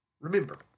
Remember